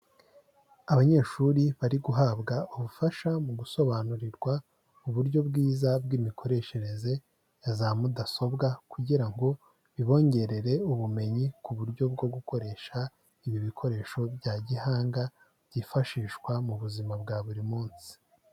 Abanyeshuri bari guhabwa ubufasha mu gusobanurirwa uburyo bwiza bw'imikoreshereze ya za mudasobwa kugira ngo bibongerere ubumenyi ku buryo bwo gukoresha ibi bikoresho bya gihanga byifashishwa mu buzima bwa buri munsi.